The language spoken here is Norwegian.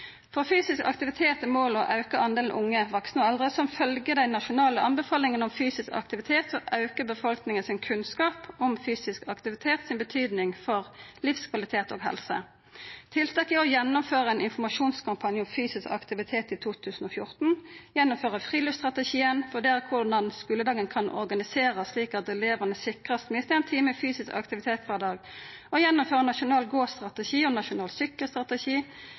fysisk aktivitet er målet å auka den delen unge, vaksne og eldre som følgjer dei nasjonale anbefalingane om fysisk aktivitet, og auka kunnskapen i befolkninga om fysisk aktivitet sin betydning for livskvalitet og helse. Tiltak er å gjennomføra ein informasjonskampanje om fysisk aktivitet i 2014, gjennomføra friluftsstrategien, vurdera korleis skuledagen kan organiserast slik at elevane sikrast minst ein time fysisk aktivitet kvar dag, gjennomføra nasjonal gåstrategi og nasjonal